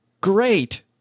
great